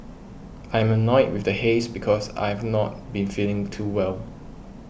I am annoyed with the haze because I've not been feeling too well